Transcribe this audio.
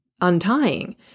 untying